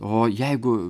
o jeigu